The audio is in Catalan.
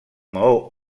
maó